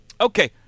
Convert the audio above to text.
Okay